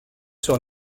sur